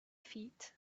feet